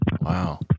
Wow